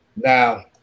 Now